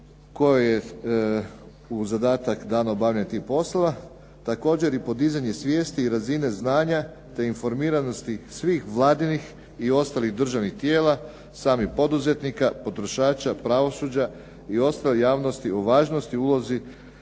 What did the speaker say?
kojoj je u zadatak dano obavljanje tih poslova, također i podizanje svijesti i razine znanja te informiranosti svih Vladinih i ostalih državnih tijela, samih poduzetnika, potrošača, pravosuđa i ostale javnosti o važnosti i ulozi